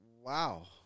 Wow